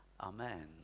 Amen